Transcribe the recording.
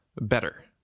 better